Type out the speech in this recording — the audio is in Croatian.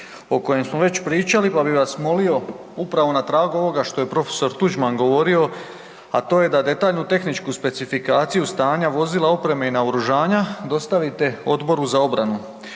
o kojem smo već pričali pa bih vas molio, upravo na tragu ovoga što je profesor Tuđman govorio, a to je da detaljnu tehničku specifikaciju stanja vozila, opreme i naoružanja dostavite Odboru za obranu.